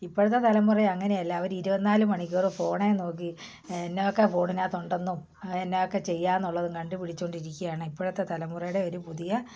ഇപ്പോഴത്തെ തലമുറ അങ്ങനെയല്ല അവർ ഇരുപത്തിനാല് മണിക്കൂറും ഫോണിൽ നോക്കി എന്നാ ഒക്കെ ഫോണിനകത്തുണ്ടെന്നും ആ എന്നാ ഒക്കെ ചെയ്യാമെന്നുള്ളതും കണ്ടുപിടിച്ചുകൊണ്ടിരിക്കുകയാണ് ഇപ്പോഴത്തെ തലമുറയുടെ ഒരു പുതിയ